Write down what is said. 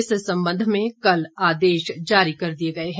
इस संबंध में कल आदेश जारी कर दिए गए हैं